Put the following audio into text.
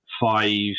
five